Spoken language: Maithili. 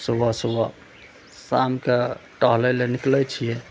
सुबह सुबह शामके टहलै लए निकलै छियै